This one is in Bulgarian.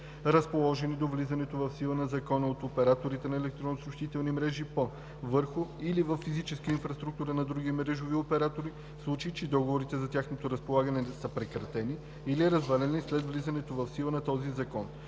разположени до влизането в сила на закона от оператори на електронни съобщителни мрежи по, върху или във физическа инфраструктура на други мрежови оператори, в случай че договорите за тяхното разполагане са прекратени или развалени след влизането в сила на този закон,